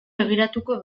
begiratuko